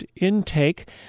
intake